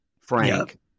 Frank